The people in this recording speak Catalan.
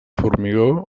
formigó